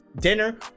dinner